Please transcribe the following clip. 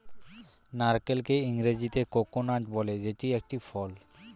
নারকেলকে ইংরেজিতে কোকোনাট বলে যেটি একটি ফল